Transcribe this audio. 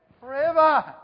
Forever